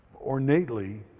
ornately